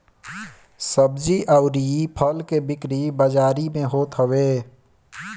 सब्जी अउरी फल के बिक्री बाजारी में होत हवे